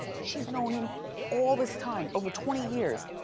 she's known him all this time, over twenty years.